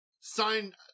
sign